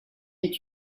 est